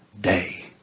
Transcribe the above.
day